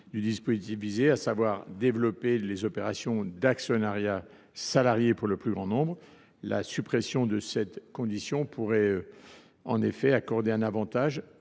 du dispositif, à savoir développer les opérations d’actionnariat salarié pour le plus grand nombre. En effet, la suppression de cette condition pourrait accorder un avantage